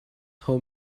how